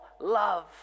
love